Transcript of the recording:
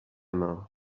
now